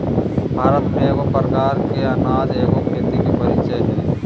भारत में एगो प्रकार के अनाज एगो खेती के परीचय हइ